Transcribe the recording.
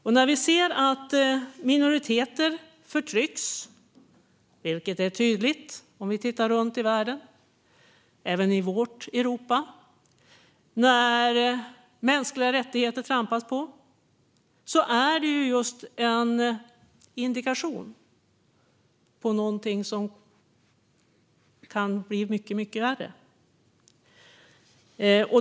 Vi ser tydligt hur minoriteter förtrycks runt om i världen, även i vårt Europa, och hur det trampas på mänskliga rättigheter. Det är en indikation på någonting som kan bli mycket, mycket värre.